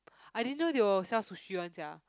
I didn't know they will sell sushi [one] sia